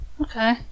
Okay